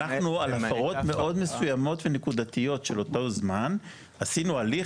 אנחנו על הפרות מאוד מסוימות שנקודתיות של אותו זמן עשינו הליך,